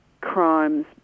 crimes